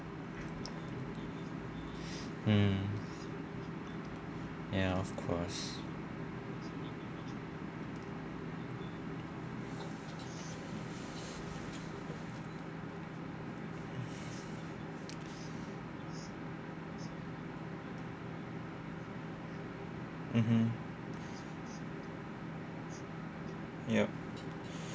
mm ya of course mmhmm yup